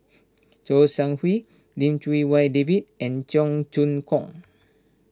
Kouo Shang Wei Lim Chee Wai David and Cheong Choong Kong